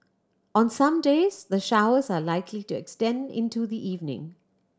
on some days the showers are likely to extend into the evening